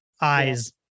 eyes